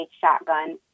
shotgun